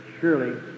surely